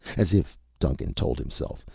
as if, duncan told himself,